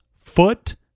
Foot